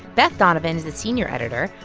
beth donovan is the senior editor.